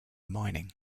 mining